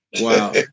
Wow